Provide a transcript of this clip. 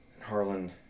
Harlan